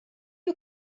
you